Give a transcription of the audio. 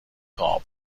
قاب